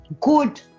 good